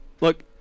Look